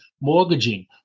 mortgaging